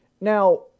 Now